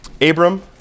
Abram